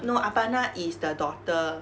no apanah is the daughter